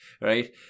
right